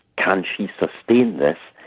can she sustain this,